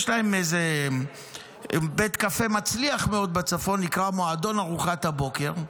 יש להם בית קפה מצליח מאוד בצפון שנקרא "מועדון ארוחת הבוקר",